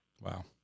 Wow